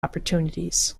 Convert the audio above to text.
opportunities